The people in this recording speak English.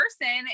person